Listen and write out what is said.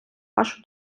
вашу